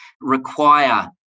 require